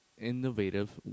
innovative